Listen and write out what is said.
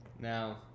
now